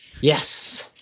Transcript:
Yes